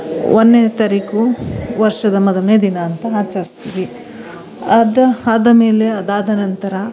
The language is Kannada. ಒಂದನೇ ತಾರೀಖು ವರ್ಷದ ಮೊದಲನೇ ದಿನ ಅಂತ ಆಚರಿಸ್ತೀವಿ ಅದು ಆದ ಮೇಲೆ ಅದಾದ ನಂತರ